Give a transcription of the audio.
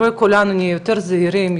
בואו כולנו נהיה יותר זהירים,